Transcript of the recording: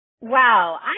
Wow